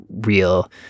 real